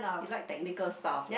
you like technical stuff lah